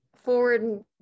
forward